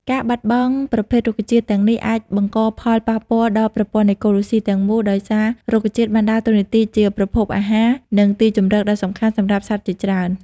ការបាត់បង់ប្រភេទរុក្ខជាតិទាំងនេះអាចបង្កផលប៉ះពាល់ដល់ប្រព័ន្ធអេកូឡូស៊ីទាំងមូល ដោយសាររុក្ខជាតិបានដើរតួនាទីជាប្រភពអាហារ និងទីជម្រកដ៏សំខាន់សម្រាប់សត្វជាច្រើន។